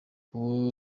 ubu